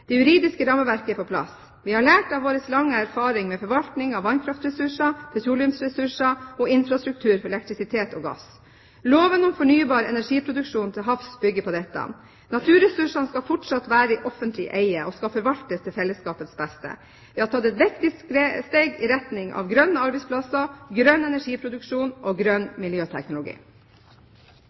Det juridiske rammeverket er på plass. Vi har lært av vår lange erfaring med forvaltning av vannkraftressurser, petroleumsressurser og infrastruktur for elektrisitet og gass. Loven om fornybar energiproduksjon til havs bygger på dette. Naturressursene skal fortsatt være i offentlig eie og skal forvaltes til fellesskapets beste. Vi har tatt et viktig steg i retning av grønne arbeidsplasser, grønn energiproduksjon og grønn miljøteknologi.